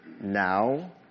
now